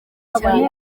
cyane